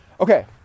Okay